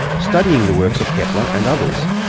studying the works of kepler and others.